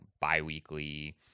bi-weekly